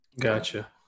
Gotcha